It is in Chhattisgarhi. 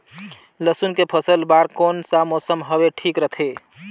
लसुन के फसल बार कोन सा मौसम हवे ठीक रथे?